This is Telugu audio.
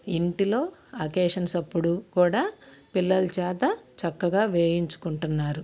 ఇంటిలో అకేషన్స్ అప్పుడు కూడా పిల్లల చేత చక్కగా వేయించుకుంటున్నారు